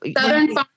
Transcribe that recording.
Southern